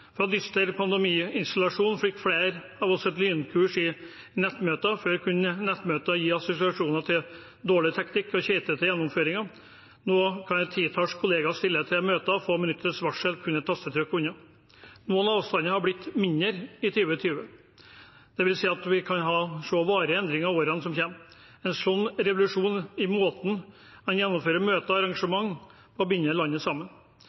Fra dyster pandemiisolasjon fikk flere av oss et lynkurs i nettmøter. Før kunne nettmøter gi assosiasjoner til dårlig teknikk med keitete gjennomføringer. Nå kan et titall kolleger stille til møter på få minutters varsel, kun et tastetrykk unna. Noen avstander er blitt mindre i 2020. Det vil si at vi kan få se varige endringer i årene som kommer. En slik revolusjon i måten man gjennomfører møter og arrangementer på, har bundet landet sammen.